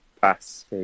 pass